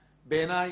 ככה.